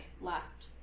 last